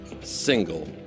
single